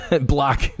block